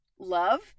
Love